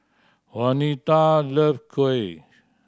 Wanita love kuih